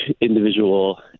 individual